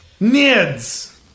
NIDS